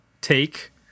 take